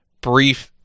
brief